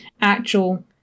actual